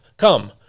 Come